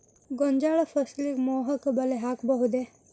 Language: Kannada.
ಗೋಂಜಾಳ ಫಸಲಿಗೆ ಮೋಹಕ ಬಲೆ ಹಾಕಬಹುದೇ?